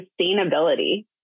sustainability